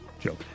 joke